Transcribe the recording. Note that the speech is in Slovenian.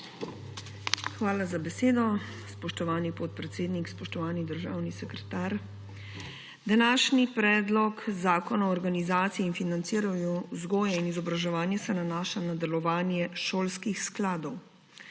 Hvala za besedo. Spoštovani podpredsednik, spoštovani državni sekretar! Današnji predlog Zakona o organizaciji in financiranju vzgoje in izobraževanja se nanaša na delovanje šolskih skladov.